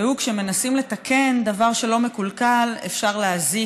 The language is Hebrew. והוא: כשמנסים לתקן דבר שלא מקולקל, אפשר להזיק,